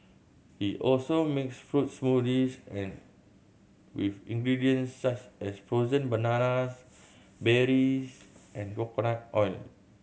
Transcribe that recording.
he also makes fruit smoothies and with ingredients such as frozen bananas berries and coconut oil